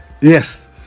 Yes